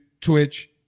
Twitch